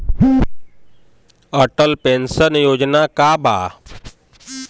Atal pension Yojana का बा?